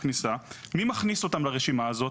מי מכניס אותם לרשימה הזאת,